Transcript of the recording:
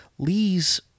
Lee's